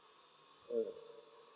mm